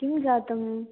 किं जातम्